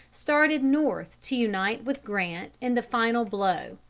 started north to unite with grant in the final blow.